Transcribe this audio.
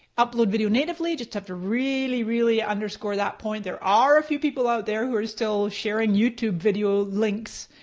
upload video natively, just have to really really underscore that point. there are a few people out there that are still sharing youtube video links.